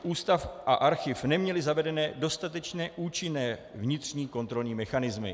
Ústav a archiv neměly zavedeny dostatečně účinné vnitřní kontrolní mechanismy.